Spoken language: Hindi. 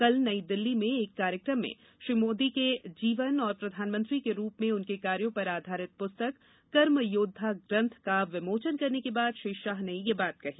कल नई दिल्ली में एक कार्यक्रम में श्री मोदी के जीवन और प्रधानमंत्री के रूप में उनके कार्यो पर आधारित पुस्तक कर्मयोद्वा ग्रंथ का विमोचन करने के बाद श्री शाह ने यह बात कही